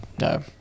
no